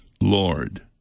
Lord